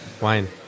Wine